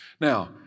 Now